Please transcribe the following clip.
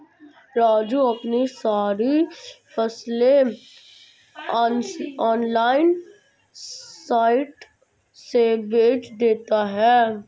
राजू अपनी सारी फसलें ऑनलाइन साइट से बेंच देता हैं